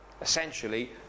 Essentially